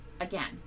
again